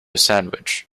sandwich